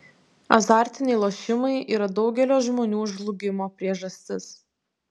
azartiniai lošimai yra daugelio žmonių žlugimo priežastis